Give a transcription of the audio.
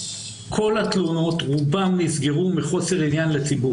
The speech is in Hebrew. כל התלונות, רובן נסגרו מחוסר עניין לציבור.